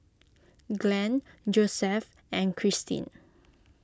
Glen Josef and Kristin